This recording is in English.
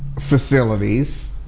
facilities